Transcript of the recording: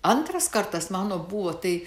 antras kartas mano buvo tai